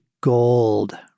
gold